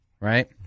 right